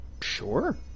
Sure